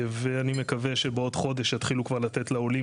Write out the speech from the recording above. ואני מקווה שבעוד חודש יתחילו כבר לתת לעולים